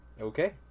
Okay